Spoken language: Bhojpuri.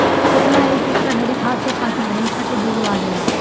केतना एक एकड़ हरी खाद के खातिर ढैचा के बीज लागेला?